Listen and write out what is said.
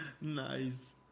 Nice